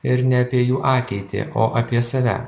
ir ne apie jų ateitį o apie save